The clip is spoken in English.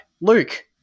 Luke